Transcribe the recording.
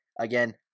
again